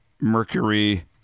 Mercury